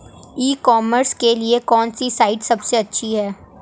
ई commerce के लिए कौनसी साइट सबसे अच्छी है?